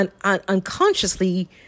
unconsciously